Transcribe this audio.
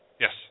Yes